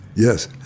Yes